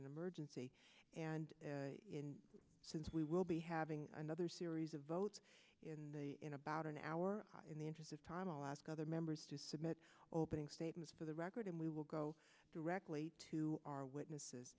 an emergency and in since we will be having another series of votes in the in about an hour in the interest of time i'll ask other members to submit opening statements for the record and we will go directly to our witnesses